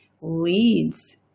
leads